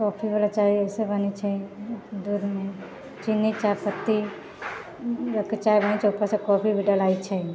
कॉफीवला चाय अइसे बनै छै दूधमे चीनी चायपत्ती लोकके चाय बनै छै उपरसँ कॉफी भी डलाइ छै